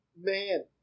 man